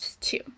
two